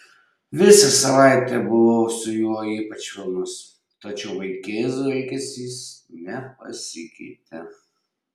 visą savaitę buvau su juo ypač švelnus tačiau vaikėzo elgesys nepasikeitė